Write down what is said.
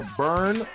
burn